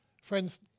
Friends